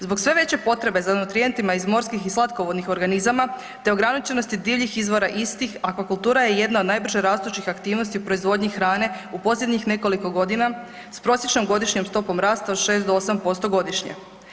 Zbog sve veće potrebe za nutrijentima iz morskih i slatkovodnih organizama, te ograničenosti divljih izvora istih aquakultura je jedna od najbrže rastućih aktivnosti u proizvodnji hrane u posljednjih nekoliko godina s prosječnom godišnjom stopom rasta od 6 do 8% godišnje.